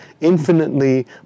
infinitely